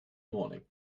morning